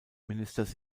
ministers